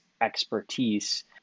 expertise